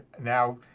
Now